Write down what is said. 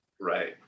Right